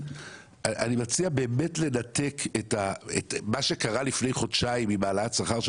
אני מציע באמת לנתק את מה שקרה לפני חודשיים עם העלאת השכר של